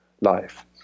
life